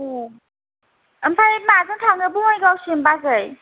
M आमफ्राय थांनो बङाइगावसिम बाजै